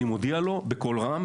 אני מודיע לו בקול רם,